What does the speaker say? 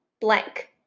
blank